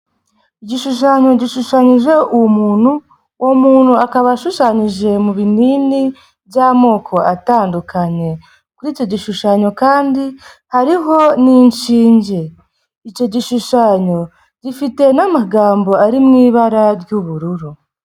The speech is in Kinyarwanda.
Igishushanyo gishushanyijeho umuntu, uwo muntu akaba ashushanyije mu binini by'amoko atandukanye. Kuri icyo gishushanyo kandi hariho n'inshinge. Icyo gishushanyo gifite n'amagambo ari mu ibara ry'ubururu.